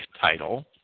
title